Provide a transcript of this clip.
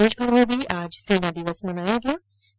प्रदेशभर में भी आज सेना दिवस मनाया गया थे